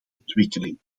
ontwikkeling